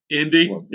Indy